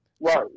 Right